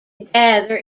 gather